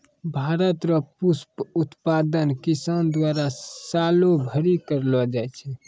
भारत रो पुष्प उत्पादन किसान द्वारा सालो भरी करलो जाय छै